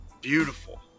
beautiful